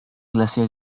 glaciar